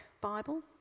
Bible